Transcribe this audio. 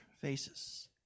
faces